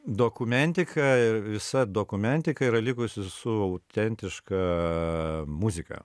dokumentika ir visa dokumentika yra likusi su autentiška muzika